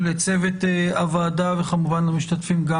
לצוות הוועדה, וכמובן למשתתפים גם